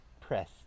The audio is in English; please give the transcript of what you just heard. press